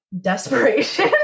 desperation